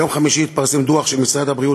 ביום חמישי התפרסם דוח של משרד הבריאות